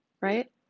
right